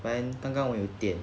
then 刚刚我有点